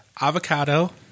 Avocado